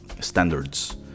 standards